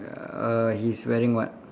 uh he's wearing what